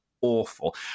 awful